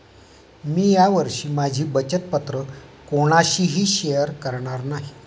मी या वर्षी माझी बचत पत्र कोणाशीही शेअर करणार नाही